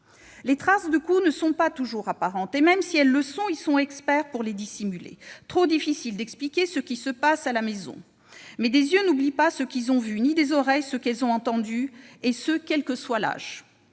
Les traces de coups ne sont pas toujours apparentes et, même si elles le sont, les enfants sont experts pour les dissimuler : il est trop difficile d'expliquer ce qui se passe à la maison. Cependant, des yeux n'oublient pas ce qu'ils ont vu, ni des oreilles ce qu'elles ont entendu, et ce quel que soit l'âge.